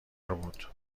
بود